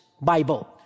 Bible